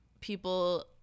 people